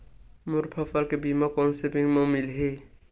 मोर फसल के बीमा कोन से बैंक म मिलही?